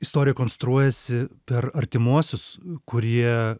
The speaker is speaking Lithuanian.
istorija konstruojasi per artimuosius kurie